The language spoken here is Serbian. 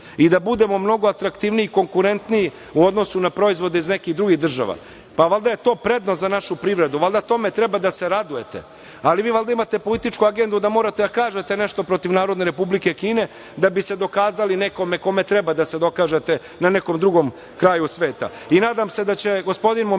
i da budemo mnogo atraktivniji i konkurentniji u odnosu na proizvode iz nekih drugih država. Valjda je to prednost za našu privredu, valjda tome treba da se radujete, ali vi valjda imate putničku agendu da morate da kažete nešto protiv Narodne Republike Kine da biste dokazali nekome kome treba da se dokažete na nekom drugom kraju sveta. Nadam se da će gospodin Momirović